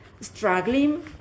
struggling